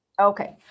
Okay